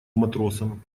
матросом